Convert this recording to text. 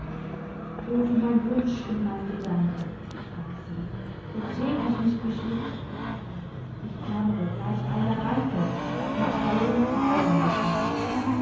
o du mein wunsch und mein gedanke sprach sie der täglich mich beschlich ich klammere gleich einer ranke mit tausend fasern mich an dich